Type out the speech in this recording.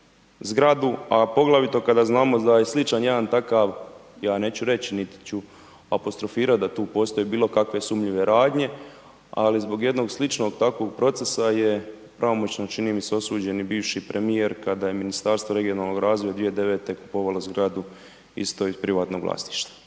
zgradu, a poglavito kada znamo da je sličan jedan takav, ja neću reć, niti ću apostrofirat da tu postoje bilo kakve sumnjive radnje, ali zbog jednog sličnog takvog procesa je pravomoćno, čini mi se, osuđen i bivši premijer kada je Ministarstvo regionalnog razvoja 2009. kupovalo zgradu isto iz privatnog vlasništva.